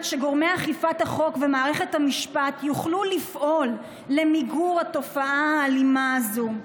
שגורמי אכיפת החוק ומערכת המשפט יוכלו לפעול למיגור התופעה האלימה הזו.